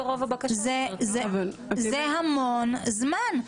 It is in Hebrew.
זה המון זמן.